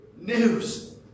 news